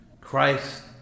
Christ